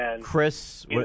Chris